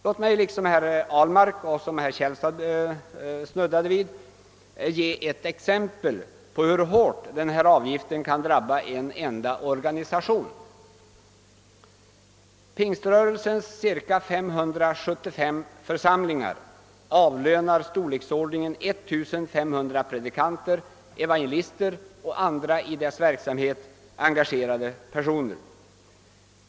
Låt mig liksom herr Ahlmark — även herr Källstad snuddade vid den saken — ge ett exempel på hur hårt denna avgift kan drabba en enda organisation. Pingströrelsens cirka 575 församlingar avlönar omkring 1500 predikanter, evangelister och andra i dess verksamhet engagerade personer.